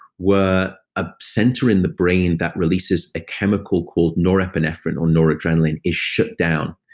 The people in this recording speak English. where a center in the brain that releases a chemical called norepinephrine, or noradrenaline is shut down.